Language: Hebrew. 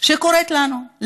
שקורית לנו,